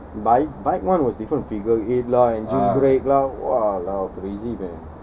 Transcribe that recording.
bi~ bike [one] was different figure eight lah engine break lah !walao! crazy man